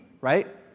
right